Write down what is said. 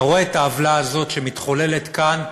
אתה רואה את העוולה הזאת שמתחוללת כאן,